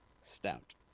Stout